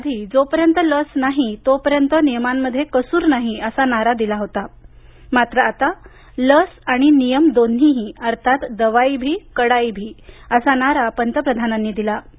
या आधी जोपर्यंत लस नाही तोपर्यंत नियमांमध्ये कसूर नाही असा नारा दिला होता मात्र आता लस आणि नियम दोन्हीही अर्थात दवाई भी कडाई भी असा नारा पंतप्रधानांनी दिला